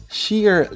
sheer